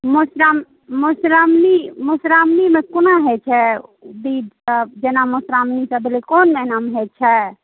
मौशरा मदुश्राओणी मदुश्राओणीमे कोना होइत छै बिध सभ जेना मदुश्राओणी सभ भेलै कोन महिनामे होइ छै